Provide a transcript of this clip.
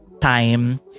time